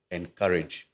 encourage